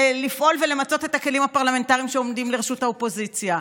לפעול ולמצות את הכלים הפרלמנטריים שעומדים לרשות האופוזיציה,